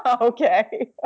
Okay